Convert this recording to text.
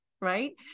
right